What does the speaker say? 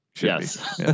Yes